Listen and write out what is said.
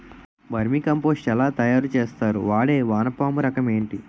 Vermi compost ఎలా తయారు చేస్తారు? వాడే వానపము రకం ఏంటి?